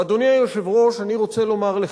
ואדוני היושב-ראש, אני רוצה לומר לך,